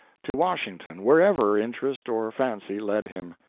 to washington wherever interest or fancy led him.